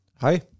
Hi